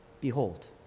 Behold